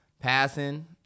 passing